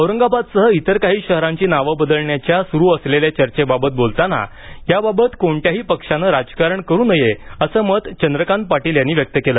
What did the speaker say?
औरंगाबादसह इतर काही शहरांची नाव बदलण्याच्या सुरू असलेल्या चर्चेबाबत बोलताना यावाबत कोणत्याही पक्षानं राजकारण करू नये असं मत चंद्रकांत पाटील यांनी व्यक्त केलं